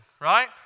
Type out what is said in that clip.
right